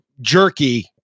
jerky